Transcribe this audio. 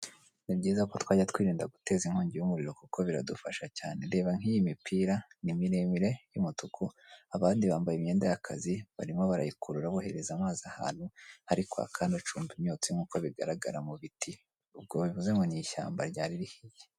Ni byiza ko twajya twirinda guteza inkongi y'umuriro kuko biradufasha cyane reba nk'iyi mipira ni miremire y'umutuku abandi bambaye imyenda y'akazi barimo barayikurura bohereza amazi ahantu ariko akanacumba imyotsi nk'uko bigaragara mu biti ubwo babivuze ngo ni ishyamba ryari rihiye.